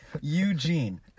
Eugene